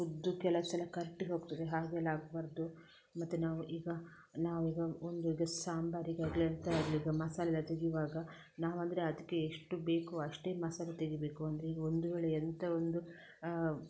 ಕುದ್ದು ಕೆಲವು ಸಲ ಕರ್ಟಿಹೋಗ್ತದೆ ಹಾಗೆಲ್ಲ ಆಗಬಾರದು ಮತ್ತೆ ನಾವು ಈಗ ನಾವೀಗ ಒಂದು ಈಗ ಸಾಂಬಾರಿಗಾಗಲಿ ಎಂಥಾಗಲಿ ಈಗ ಮಸಾಲೆ ತೆಗೆಯುವಾಗ ನಾವು ಅಂದರೆ ಅದಕ್ಕೆ ಎಷ್ಟು ಬೇಕೋ ಅಷ್ಟೇ ಮಸಾಲೆ ತೆಗೀಬೇಕು ಅಂದರೆ ಈಗ ಒಂದು ವೇಳೆ ಎಂಥ ಒಂದು